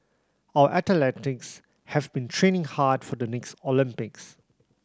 our athletes have been training hard for the next Olympics